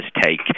take